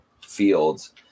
fields